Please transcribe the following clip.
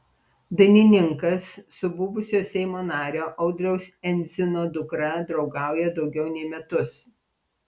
dainininkas su buvusio seimo nario audriaus endzino dukra draugauja daugiau nei metus